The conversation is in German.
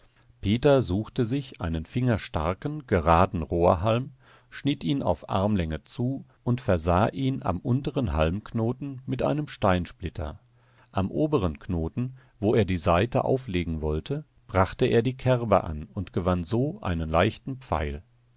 peter suchte sich einen fingerstarken geraden rohrhalm schnitt ihn auf armlänge zu und versah ihn am unteren halmknoten mit einem steinsplitter am oberen knoten wo er die saite auflegen wollte brachte er die kerbe an und gewann so einen leichten pfeil